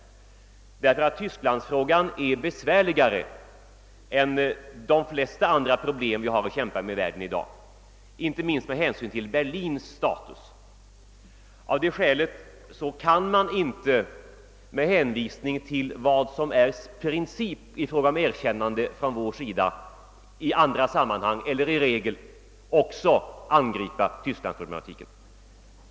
Tysklandsfrågan är besvärligare än de flesta andra problem vi har att kämpa med i världen i dag, inte minst med hänsyn till Berlins status. Av detta skäl kan man inte angripa Tysklandsproblemet med hänvisning till vilka förutsättningar som principiellt eller i regel gäller för ett svenskt erkännande av främmande stater. Herr talman!